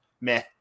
meh